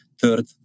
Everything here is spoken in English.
third